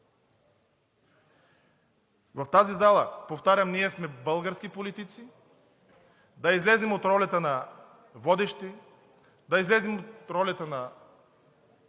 В тази зала, повтарям, ние сме български политици. Да излезем от ролята на водещи, да излезем от ролята на